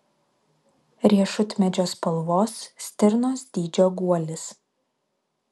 riešutmedžio spalvos stirnos dydžio guolis